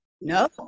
No